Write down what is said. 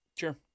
Sure